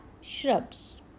shrubs